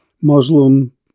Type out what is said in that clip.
Muslim